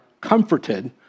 comforted